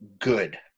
good